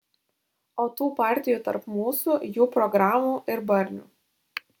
o tų partijų tarp mūsų jų programų ir barnių